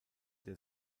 der